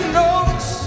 notes